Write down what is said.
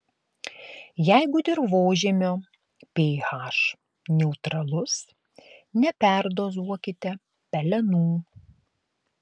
jeigu dirvožemio ph neutralus neperdozuokite pelenų